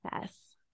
Yes